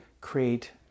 create